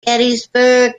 gettysburg